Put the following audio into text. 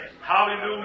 Hallelujah